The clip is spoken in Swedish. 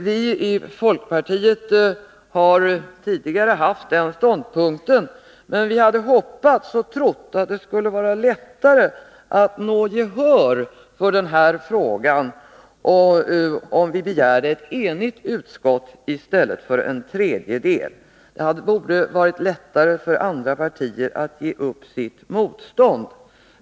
Vii folkpartiet har tidigare intagit den ståndpunkten, men vi hade hoppats och trott att det skulle vara lättare att nå gehör för förslaget om offentliga utskottsutfrågningar om vi i stället gick på linjen att samtliga ledamöter måste vara eniga om det. Då, menade vi, borde det ha varit lättare för andra partier att ge upp sitt motstånd.